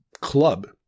club